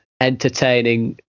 entertaining